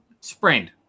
Sprained